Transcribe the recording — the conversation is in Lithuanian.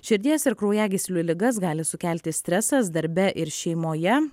širdies ir kraujagyslių ligas gali sukelti stresas darbe ir šeimoje